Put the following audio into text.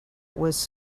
was